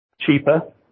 Cheaper